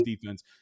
defense